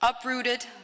Uprooted